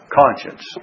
conscience